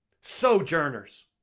Sojourners